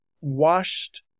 washed